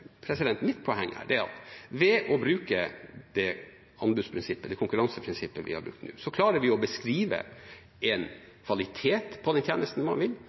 mitt poeng er at ved å bruke det anbudsprinsippet, det konkurranseprinsippet vi har brukt, klarer vi å beskrive en kvalitet på den tjenesten man vil